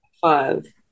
five